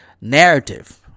narrative